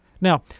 Now